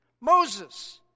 Moses